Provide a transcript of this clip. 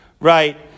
Right